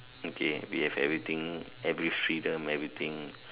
okay we have everything every freedom everything